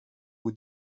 vous